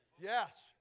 Yes